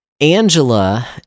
Angela